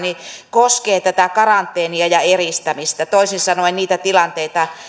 koskee tätä karanteenia ja eristämistä toisin sanoen niitä tilanteita